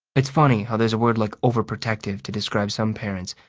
it's funny how there's a word like overprotective to describe some parents,